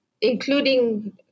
including